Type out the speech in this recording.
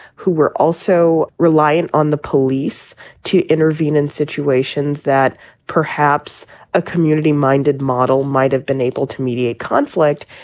who were also reliant on the police to intervene in situations that perhaps a community minded model might have been able to mediate conflict.